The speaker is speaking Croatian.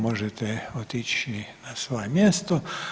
Možete otići na svoje mjesto.